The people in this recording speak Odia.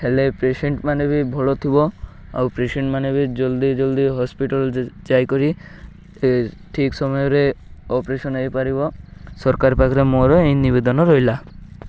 ହେଲେ ପେସେଣ୍ଟ ମାନେ ବି ଭଲ ଥିବ ଆଉ ପେସେଣ୍ଟ ମାନେ ବି ଜଲ୍ଦି ଜଲ୍ଦି ହସ୍ପିଟାଲ୍ ଯାଇକରି ଠିକ୍ ସମୟରେ ଅପରେସନ୍ ହେଇପାରିବ ସରକାର ପାଖରେ ମୋର ଏଇ ନିବେଦନ ରହିଲା